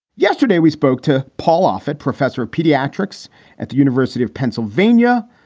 yesterday, we spoke to paul offit, professor of pediatrics at the university of pennsylvania,